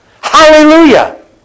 Hallelujah